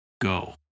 go